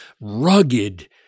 rugged